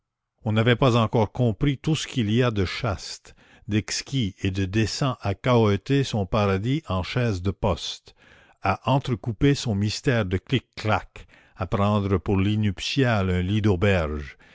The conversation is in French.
on n'avait pas encore compris tout ce qu'il y a de chaste d'exquis et de décent à cahoter son paradis en chaise de poste à entrecouper son mystère de clic clacs à prendre pour lit nuptial un lit d'auberge